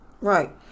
right